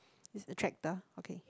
it's the tractor okay